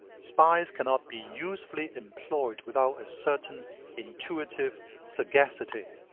spies cannot be usefully employed without a certain intuitive sagacity.